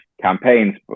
campaigns